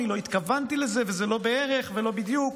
לא התכוונתי לזה וזה לא בערך ולא בדיוק.